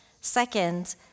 Second